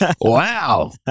wow